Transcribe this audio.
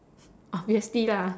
obviously lah